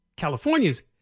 California's